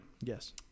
Yes